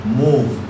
move